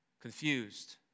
confused